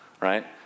right